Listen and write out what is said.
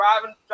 driving